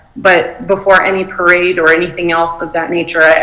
but before any parade or anything else of that nature.